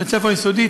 בית-ספר יסודי,